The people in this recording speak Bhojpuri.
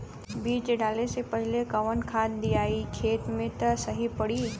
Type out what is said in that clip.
बीज डाले से पहिले कवन खाद्य दियायी खेत में त सही पड़ी?